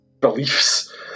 beliefs